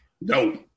No